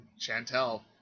Chantel